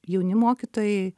jauni mokytojai